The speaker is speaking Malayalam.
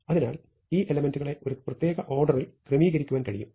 അതിനാൽ ഈ എലെമെന്റുകളെ ഒരു പ്രത്യേക ഓർഡറിൽ ക്രമീകരിക്കുവാൻ കഴിയും